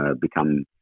become